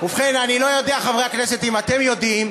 ובכן, אני לא יודע, חברי הכנסת, אם אתם יודעים,